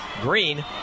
Green